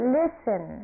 listen